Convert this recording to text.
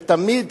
ותמיד